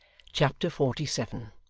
chapter forty seven